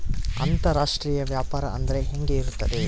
ಅಂತರಾಷ್ಟ್ರೇಯ ವ್ಯಾಪಾರ ಅಂದರೆ ಹೆಂಗೆ ಇರುತ್ತದೆ?